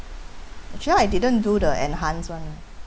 actually I didn't do the enhanced one lah